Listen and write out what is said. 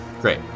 Great